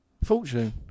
Fortune